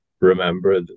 remember